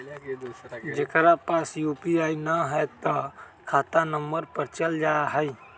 जेकरा पास यू.पी.आई न है त खाता नं पर चल जाह ई?